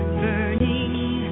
burning